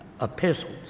epistles